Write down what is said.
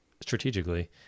strategically